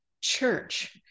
church